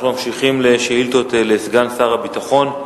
אנחנו ממשיכים לשאילתות לסגן שר הביטחון.